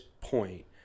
point